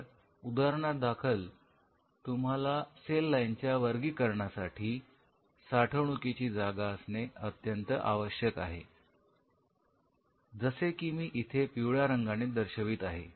तर उदाहरणादाखल तुम्हाला सेल लाईनच्या वर्गीकरणासाठी साठवणुकीची जागा असणे अत्यंत आवश्यक आहे जसे की मी इथे पिवळ्या रंगाने दर्शवित आहे